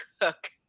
cook